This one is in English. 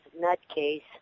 nutcase